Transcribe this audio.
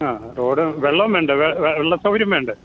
ആ റോഡ് വെള്ളവും വേണ്ടേ വെള്ളം സൗകര്യം വേണ്ടേ